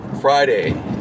Friday